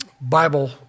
Bible